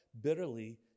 bitterly